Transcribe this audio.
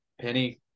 Penny